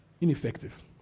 ineffective